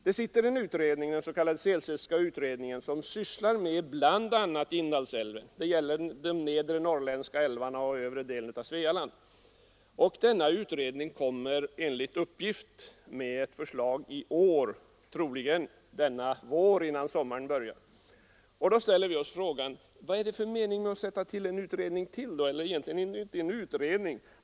Det sitter en utredning som sysslar med bl.a. Indalsälven — älvarna i nedre Norrland och i övre delen av Svealand. Denna utredning kommer enligt uppgift med ett förslag i år, troligen innan sommaren börjar. Då ställer vi oss frågan: Vad är det för mening med att sätta till ytterligare en utredning? Egentligen är det inte fråga om krav på en utredning.